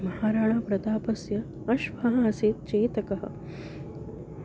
महाराणाप्रतापस्य अश्वः आसीत् चेतकः